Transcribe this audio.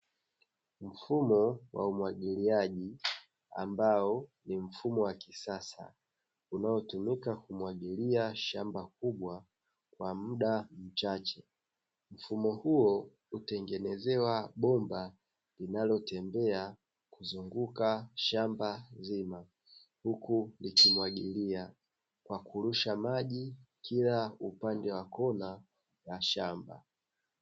Mfumo wa umwagiliaji ambao ni mfumo wa kisasa unaotumika kumwagilia shamba kubwa kwa muda mchache. Mfumo huo hutengenezewa bomba linalotembea kuzunguka shamba zima huku likimwagilia kwa kurusha maji kila upande wa kona ya shamba.